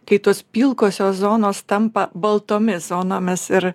kai tos pilkosios zonos tampa baltomis zonomis ir